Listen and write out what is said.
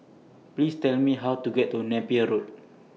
Please Tell Me How to get to Napier Road